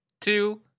two